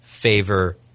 favor